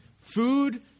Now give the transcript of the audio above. Food